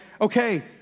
okay